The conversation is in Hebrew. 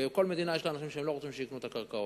ובכל מדינה יש האנשים שלא רוצים שהם יקנו את הקרקעות.